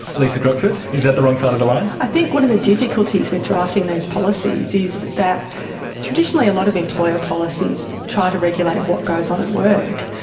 lisa croxford, is that the wrong side of the line? i think one of the difficulties with drafting these policies is that traditionally a lot of employer policies try to regulate what goes on at work,